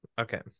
okay